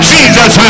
Jesus